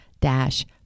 dash